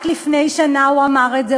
רק לפני שנה הוא אמר את זה,